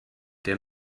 der